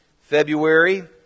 february